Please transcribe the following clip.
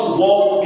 walk